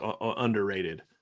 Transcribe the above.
underrated